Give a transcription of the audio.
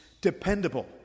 dependable